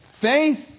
Faith